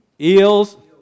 eels